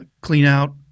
clean-out